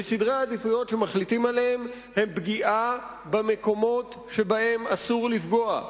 וסדרי העדיפויות שמחליטים עליהם הם פגיעה במקומות שבהם אסור לפגוע,